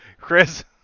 Chris